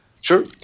Sure